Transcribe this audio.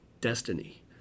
destiny